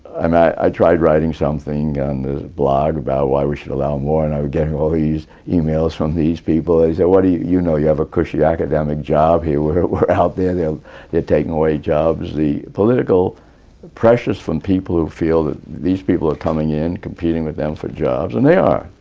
i mean i tried writing something on this blog about why we should allow more and i was getting all these emails from these people. they said, what do you you you know? you have a cushy academic job here where out there, they're they're taking away jobs. the political pressures from people who feel that these people are coming in, competing with them for jobs, and they are.